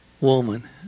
Woman